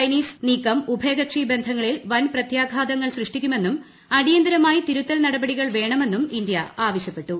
Chinese നീക്കം ഉഭയകക്ഷി ബന്ധങ്ങളിൽ വൻപ്രത്യാഘാതങ്ങൾ സൃഷ്ടിക്കുമെന്ന് അടിയന്തിരമായി തിരുത്തൽ നടപടികൾ വേണമെന്നും ഇന്ത്യ ആവശ്യപ്പെട്ടു